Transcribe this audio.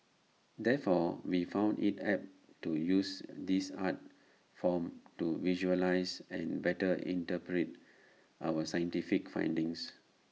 therefore we found IT apt to use this art form to visualise and better interpret our scientific findings